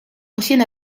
ancienne